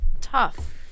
tough